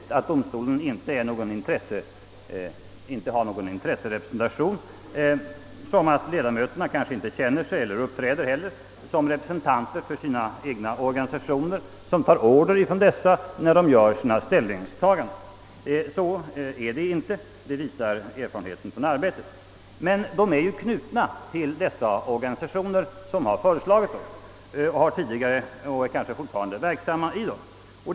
Så till vida kan man väl säga att domstolen inte har någon intresserepresentation som ledamöterna kanske inte känner sig som eller uppträder som representanter för sina organisationer och tar order från dem vid sitt ställningstagande. Att så inte är fallet visar erfarenheterna från arbetet. Men ledamöterna är knutna till de organisationer som föreslagit dem och har tidigare varit och är kanske fortfarande verksamma i organisationerna.